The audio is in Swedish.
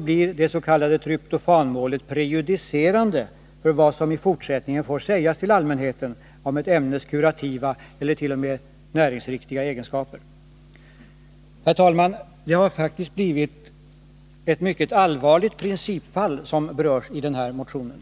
blir det s.k. tryptofanmålet prejudicerande för vad som i fortsättningen får sägas till allmänheten om ett ämnes kurativa eller t.o.m. näringsriktiga egenskaper. Herr talman! Det har faktiskt blivit ett mycket allvarligt principfall som berörs i den här motionen.